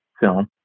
film